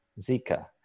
Zika